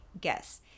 guess